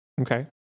Okay